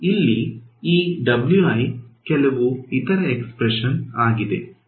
ಅಲ್ಲಿ ಈ ಕೆಲವು ಇತರ ಎಸ್ಪ್ರೆಸ್ಷನ್ ಆಗಿದೆ